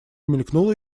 мелькнула